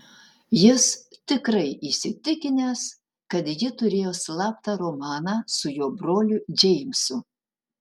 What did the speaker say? jis tikrai įsitikinęs kad ji turėjo slaptą romaną su jo broliu džeimsu